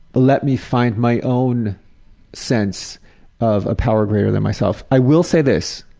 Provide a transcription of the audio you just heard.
let me find my own sense of a power greater than myself. i will say this,